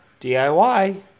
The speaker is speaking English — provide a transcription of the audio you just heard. DIY